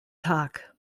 tag